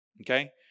Okay